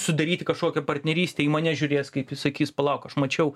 sudaryti kažkokią partnerystę į mane žiūrės kaip įsakys palauk aš mačiau